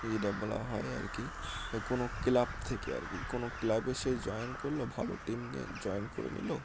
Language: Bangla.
যেটা বলা হয় আর কি কোনো ক্লাব থেকে আর কি কোনো ক্লাবে সে জয়েন করল ভালো টিম নিয়ে জয়েন করে নিল